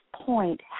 point